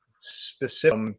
specific